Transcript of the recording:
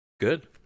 Good